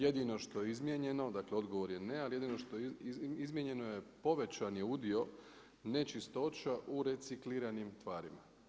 Jedino što je izmijenjeno, dakle odgovor je ne, ali jedino što je izmijenjeno povećan je udio nečistoća u recikliranim tvarima.